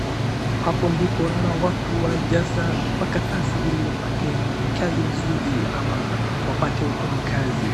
Hapo ndipo unaona watu wanajaza makaratasi ili wapate kazi nzuri ama wapate kutoa kazi.